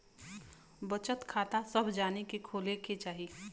बचत खाता सभ जानी के खोले के चाही